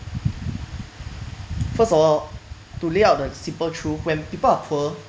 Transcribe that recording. first of all to lay out the simple truth when people are poor